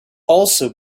also